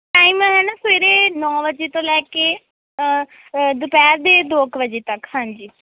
time ਹੈ ਨਾ ਸਵੇਰੇ ਨੌੌਂ ਵਜੇ ਤੋਂ ਲੈ ਕੇ ਦੁਪਹਿਰ ਦੇ ਦੋ ਕੁ ਵਜੇ ਤੱਕ ਹਾਂਜੀ